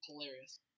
hilarious